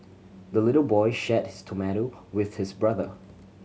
the little boy shared his tomato with his brother